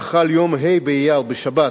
שבה חל יום ה' באייר בשבת